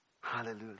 Hallelujah